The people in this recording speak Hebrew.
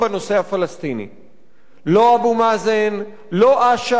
לא אבו מאזן, לא אש"ף, לא הרשות הפלסטינית.